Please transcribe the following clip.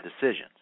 decisions